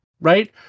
right